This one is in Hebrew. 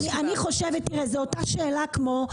זו אותה שאלה כמו,